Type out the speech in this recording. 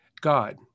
God